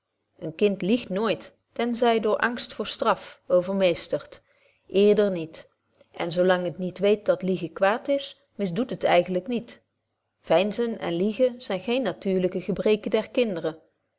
een kind liegt nooit ten zy door angst voor straf overmeesterd eerder niet en zo lang het niet weet dat liegen kwaad is misdoet het eigentlyk niet veinzen en liegen zyn gene natuurlyke gebreken der kinderen